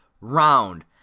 round